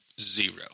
Zero